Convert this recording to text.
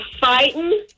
fighting